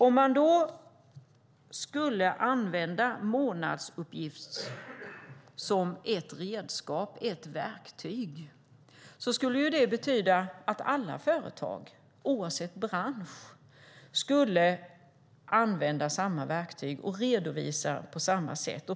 Om man skulle använda månadsuppgifter som ett redskap, ett verktyg, skulle det betyda att alla företag, oavsett bransch, skulle använda samma verktyg och redovisa på samma sätt.